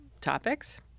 topics